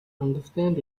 understand